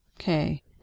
Okay